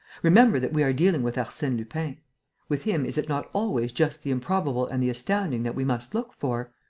remember that we are dealing with arsene lupin. with him, is it not always just the improbable and the astounding that we must look for?